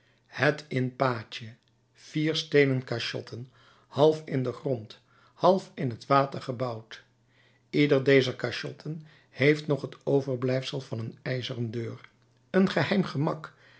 het in pace vier steenen cachotten half in den grond half in het water gebouwd ieder dezer cachotten heeft nog het overblijfsel van een ijzeren deur een geheim gemak